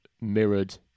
mirrored